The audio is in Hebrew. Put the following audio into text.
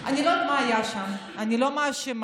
לא יודעת מה היה שם, אני לא מאשימה.